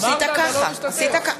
אני לא אמרתי שאני לא משתתף.